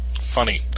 Funny